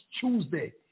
Tuesday